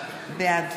בעד